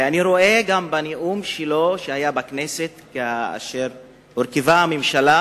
ואני רואה גם בנאום שלו בכנסת כאשר הורכבה הממשלה,